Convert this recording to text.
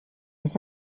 ich